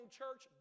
church